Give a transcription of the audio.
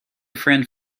friend